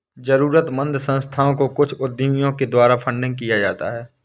जरूरतमन्द संस्थाओं को कुछ उद्यमियों के द्वारा फंडिंग किया जाता है